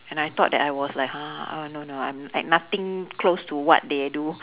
and I thought that I was like oh no no I'm like nothing close to what they do